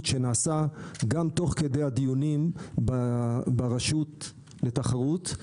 שנעשה גם תוך כדי הדיונים ברשות התחרות.